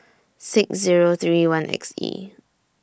six Zero three one X E